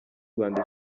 rwanda